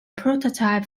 prototype